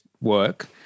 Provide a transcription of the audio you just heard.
work